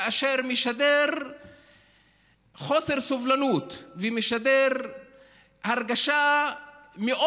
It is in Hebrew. אשר משדר חוסר סובלנות ומשדר הרגשה מאוד